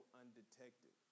undetected